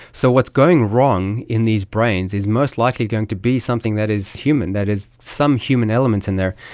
so what's going wrong in these brains is most likely going to be something that is human, that has some human element in there.